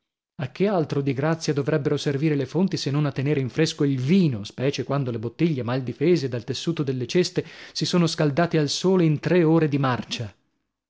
a che altro di grazia dovrebbero servire le fonti se non a tenere in fresco il vino specie quando le bottiglie mal difese dal tessuto delle ceste si sono scaldate al sole in tre ore di marcia